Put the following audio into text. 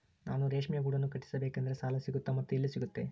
ನಾನು ರೇಷ್ಮೆ ಗೂಡನ್ನು ಕಟ್ಟಿಸ್ಬೇಕಂದ್ರೆ ಸಾಲ ಸಿಗುತ್ತಾ ಮತ್ತೆ ಎಲ್ಲಿ ಸಿಗುತ್ತೆ?